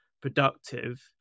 productive